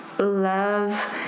Love